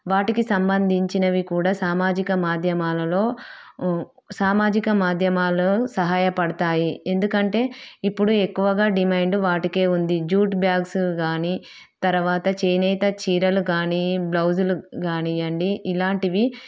వాటికి సంబంధించినవి కూడా సామాజిక మాధ్యమాలలో సామాజిక మాధ్యమాల్లో సహాయపడతాయి ఎందుకంటే ఇప్పుడు ఎక్కువగా డిమాండ్ వాటికే ఉంది జూట్ బ్యాగ్స్ కాని తర్వాత చేనేత చీరలు కాని బ్లౌజులు కానియండి ఇలాంటివి